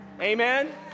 Amen